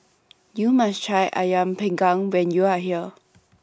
YOU must Try Ayam Panggang when YOU Are here